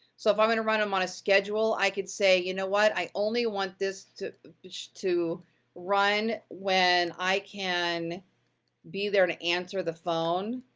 so, if i'm gonna run them on a schedule, i could say, you know what? i only want this to to run when i can be there to answer the phone.